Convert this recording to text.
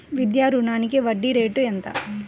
విద్యా రుణానికి వడ్డీ రేటు ఎంత?